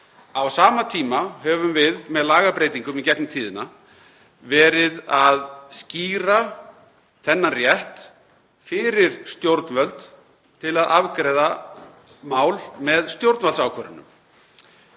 Á sama tíma höfum við með lagabreytingum í gegnum tíðina verið að skýra þennan rétt fyrir stjórnvöld til að afgreiða mál með stjórnvaldsákvörðunum.